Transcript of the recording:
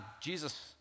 Jesus